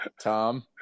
Tom